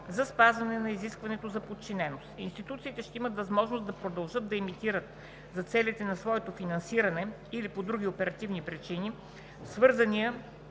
за спазване на изискването за подчиненост. Институциите ще имат възможност да продължат да емитират за целите на своето финансиране или по други оперативни причини свързания